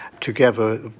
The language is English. together